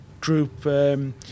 group